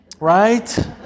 right